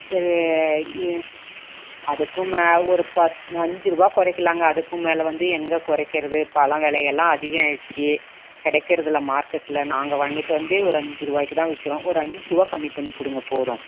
சரி அதற்கும் மேலே ஒரு பத்து அஞ்சுரூவா குறைக்குலாங்க அதற்கும் மேலே வந்து எங்கள் குறைக்குறது பழம் விலயலாம் அதிகம் ஆயிடுச்சு கிடைக்ககுறதுல மார்க்கெட்டில் நாங்கள் வாங்கிட்டு வாத்து ஒரு அஞ்சுருவாய்க்கு தான் விற்குறோம் ஒரு அஞ்சுரூவா கம்மி பண்ணி கொடுங்க போதும்